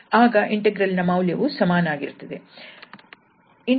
ಆಗ ಇಂಟೆಗ್ರಲ್ ನ ಮೌಲ್ಯವು ಸಮನಾಗಿರುತ್ತದೆ